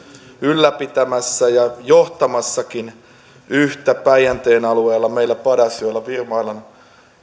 ylläpitämässä ja johtamassakin päijänteen alueella meillä padasjoella olevaa